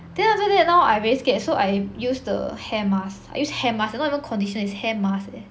then after that now I very scared so I use the hair mask I use hair masks not even conditioner it's hair mask leh